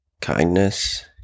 kindness